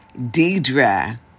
Deidre